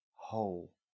whole